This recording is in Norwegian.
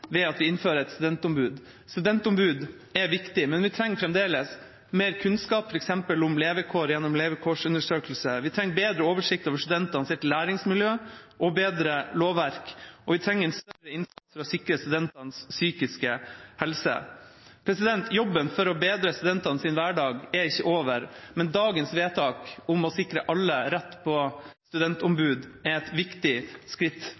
ved at vi innfører et studentombud. Studentombud er viktig, men vi trenger fremdeles mer kunnskap f.eks. om levekår gjennom levekårsundersøkelser. Vi trenger bedre oversikt over studentenes læringsmiljø og bedre lovverk. Og vi trenger en større innsats for å sikre studentenes psykiske helse. Jobben for å bedre studentenes hverdag er ikke over, men dagens vedtak om å sikre alle rett til studentombud er et viktig skritt